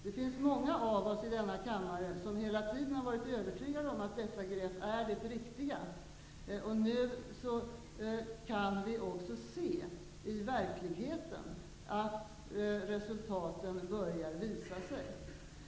Det finns många av oss här i denna kammare som hela tiden varit övertygade om att detta grepp är det riktiga greppet. Nu kan vi också i verkligheten se att resultaten börjar visa sig.